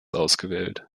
ausgewählt